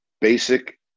basic